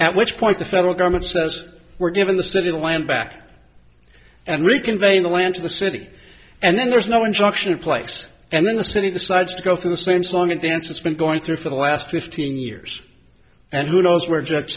at which point the federal government says we're given the city land back and we convey the land to the city and then there's no instruction in place and then the city decides to go through the same song and dance it's been going through for the last fifteen years and who knows where j